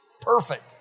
Perfect